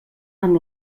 amb